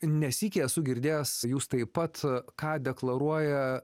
ne sykį esu girdėjęs jūs taip pat ką deklaruoja